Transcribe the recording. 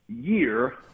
year